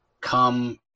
come